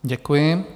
Děkuji.